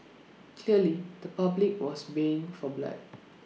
clearly the public was baying for blood